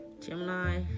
Gemini